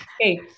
hey